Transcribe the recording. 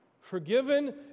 forgiven